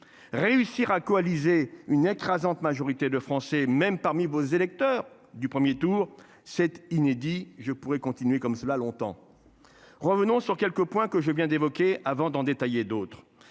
Réussir à coaliser une écrasante majorité de Français, même parmi vos électeurs du 1er tour cet inédit. Je pourrais continuer comme cela longtemps. Revenons sur quelques points que je viens d'évoquer. Avant d'en détailler d'autres.